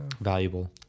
valuable